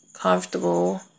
comfortable